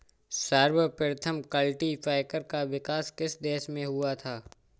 सर्वप्रथम कल्टीपैकर का विकास किस देश में हुआ था?